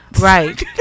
Right